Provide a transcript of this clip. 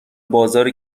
بازار